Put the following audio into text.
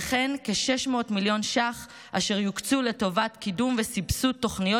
וכן כ-600 מיליון שקלים אשר יוקצו לטובת קידום וסבסוד של תוכניות